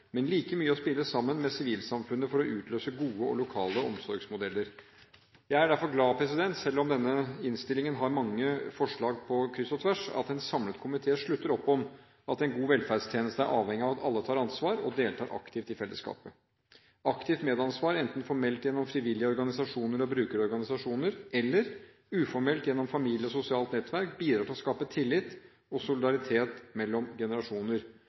Men like mye handler det om å spille sammen med sivilsamfunnet for å utløse gode og lokale omsorgsmodeller. Jeg er derfor glad for – selv om innstillingen har mange forslag på kryss og tvers – at en samlet komité slutter opp om at en god velferdstjeneste er avhengig av at alle tar ansvar og deltar aktivt i fellesskapet. Aktivt medansvar – enten formelt gjennom frivillige organisasjoner og brukerorganisasjoner eller uformelt gjennom familie og sosialt nettverk – bidrar til å skape tillit og solidaritet mellom generasjoner.